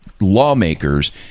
lawmakers